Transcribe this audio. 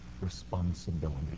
responsibility